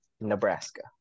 Nebraska